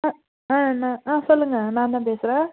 நான் ஆ சொல்லுங்கள் நாந்தான் பேசுறேன்